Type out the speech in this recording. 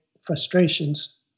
frustrations